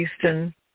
Houston